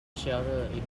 shelter